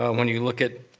um when you look at